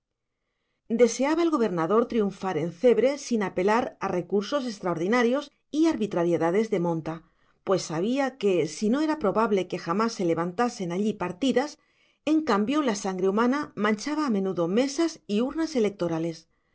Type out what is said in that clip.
deseaba el gobernador triunfar en cebre sin apelar a recursos extraordinarios y arbitrariedades de monta pues sabía que si no era probable que jamás se levantasen allí partidas en cambio la sangre humana manchaba a menudo mesas y urnas electorales